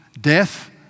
death